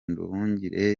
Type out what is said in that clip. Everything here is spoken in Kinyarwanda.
nduhungirehe